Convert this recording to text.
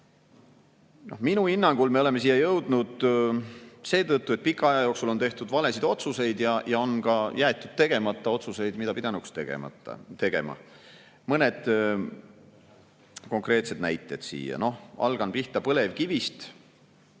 Minu hinnangul me oleme siia jõudnud seetõttu, et pika aja jooksul on tehtud valesid otsuseid ja on jäetud tegemata otsused, mida oleks pidanud tegema. Mõned konkreetsed näited. Hakkan pihta põlevkivist.